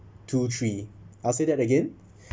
two three I'll say that again